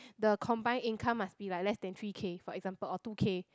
the combined income must be like less than three K for example or two K